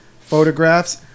photographs